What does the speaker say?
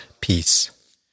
peace